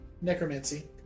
Necromancy